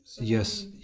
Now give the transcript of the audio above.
Yes